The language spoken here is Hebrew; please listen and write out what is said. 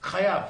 הוא חייב.